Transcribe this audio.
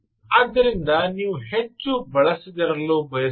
ಆದ್ದರಿಂದ ನೀವು ಹೆಚ್ಚು ಬಳಸದಿರಲು ಬಯಸಬಹುದು